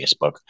Facebook